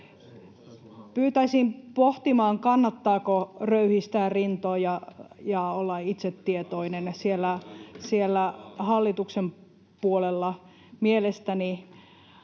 Pyytäisin pohtimaan, kannattaako röyhistää rintoja ja olla itsetietoinen siellä hallituksen puolella. Mielestäni